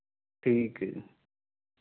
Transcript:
ਠੀਕ ਹੈ ਜੀ